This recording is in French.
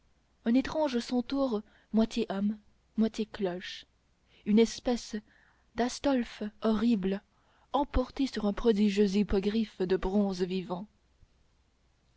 un étrange centaure moitié homme moitié cloche une espèce d'astolphe horrible emporté sur un prodigieux hippogriffe de bronze vivant